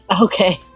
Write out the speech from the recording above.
Okay